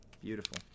Beautiful